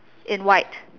in white